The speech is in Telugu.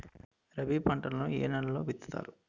రబీ పంటలను ఏ నెలలో విత్తుతారు?